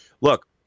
look